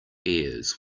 ears